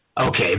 Okay